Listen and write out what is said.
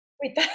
Wait